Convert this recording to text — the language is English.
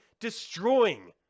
destroying